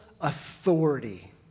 authority